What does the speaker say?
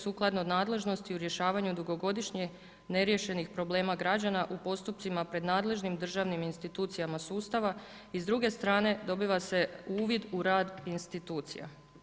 sukladno nadležnosti u rješavanju dugogodišnje neriješenih problema građana u postupcima pred nadležnim državnim institucijama sustava i s druge strane dobiva se uvid u rad institucija.